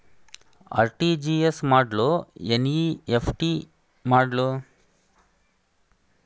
RTGS ಮಾಡ್ಲೊ NEFT ಮಾಡ್ಲೊ?